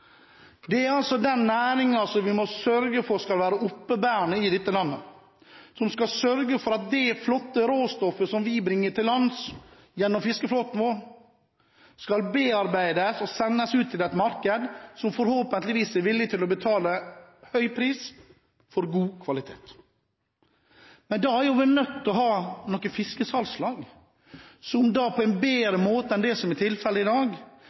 Det er altså den næringen vi må sørge for skal være oppebærende i dette landet, som skal sørge for at det flotte råstoffet vi gjennom fiskeflåten vår bringer til lands, skal bearbeides og sendes ut til et marked som forhåpentligvis er villig til å betale høy pris for god kvalitet. Men da er vi nødt til å ha noen fiskesalgslag som på en bedre måte enn det som er tilfellet i dag,